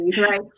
Right